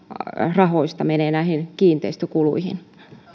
rahoista menee kiinteistökuluihin